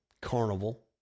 carnival